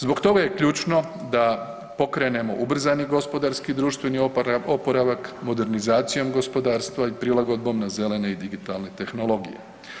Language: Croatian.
Zbog toga je ključno da pokrenemo ubrzani gospodarski i društveni oporavak modernizacijom gospodarstva i prilagodbom na zelene i digitalne tehnologije.